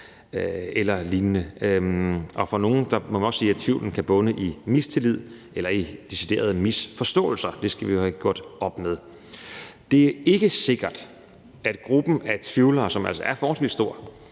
eller lignende. Og for nogles vedkommende må man også sige, at tvivlen kan bunde i mistillid eller decideret misforståelse. Det skal vi have gjort op med. Det er ikke sikkert, at gruppen af tvivlere, som altså er forholdsvis stor,